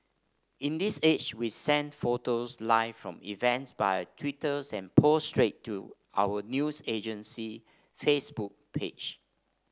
in this age we send photos live from events via Twitters and post straight to our news agency Facebook page